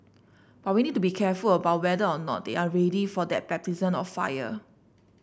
but we need to be careful about whether or not they are ready for that baptism of fire